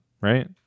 right